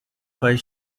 faz